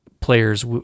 players